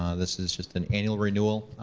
um this is just an annual renewal.